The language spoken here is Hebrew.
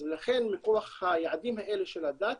מכוח היעדים האלה של הדת